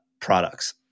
products